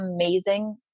amazing